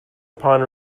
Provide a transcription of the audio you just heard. upon